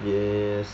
yes